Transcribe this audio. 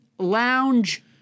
lounge